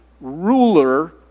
ruler